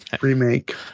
Remake